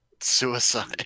suicide